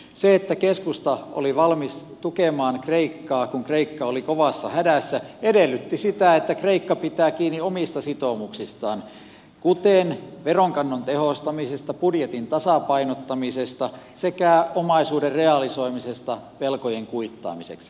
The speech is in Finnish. se että keskusta oli valmis tukemaan kreikkaa kun kreikka oli kovassa hädässä edellytti sitä että kreikka pitää kiinni omista sitoumuksistaan kuten veronkannon tehostamisesta budjetin tasapainottamisesta sekä omaisuuden realisoimisesta velkojen kuittaamiseksi